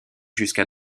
jusqu’à